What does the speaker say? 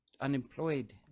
unemployed